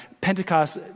Pentecost